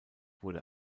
wurde